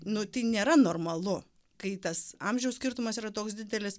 nu tai nėra normalu kai tas amžiaus skirtumas yra toks didelis